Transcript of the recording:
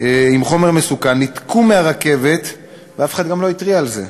עם חומר מסוכן ניתקו מהרכבת ואף אחד גם לא התריע על זה.